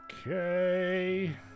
Okay